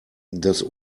das